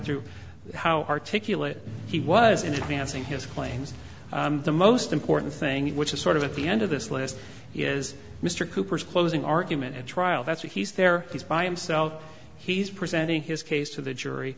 through how articulate he was in advancing his claims the most important thing which is sort of at the end of this list is mr cooper's closing argument at trial that's what he's there he's by himself he's presenting his case to the jury